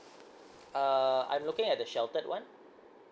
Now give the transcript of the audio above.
uh I'm looking at the sheltered one